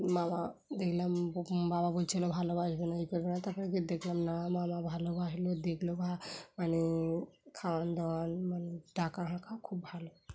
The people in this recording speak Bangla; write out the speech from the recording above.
মামা দেখলাম বাবা বলছিল ভালোবাসবে না এই করেবেলা তারপর গিয়ে দেখলাম না মামা ভালোবাসলো দেখলো বা মানে খাওয়ান দাওয়ান মানে ডাকা হাঁকা খুব ভালো